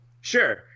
Sure